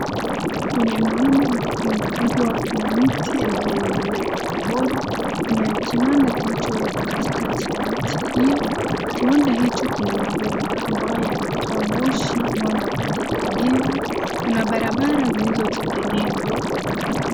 Kwenye mlima mkubwa kuna miti ambaye imemea kwa pamoja kuna kiwanda kilicho wekwa katikati ya miti hiyo kiwanda hicho kina mabomba ambayo yanatoa moshi ambao ni wa rangu ya kijivu, Kuna barabara zinazo tengenezwa.